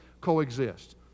coexist